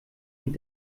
und